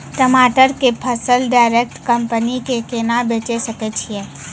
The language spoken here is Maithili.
टमाटर के फसल डायरेक्ट कंपनी के केना बेचे सकय छियै?